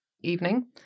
evening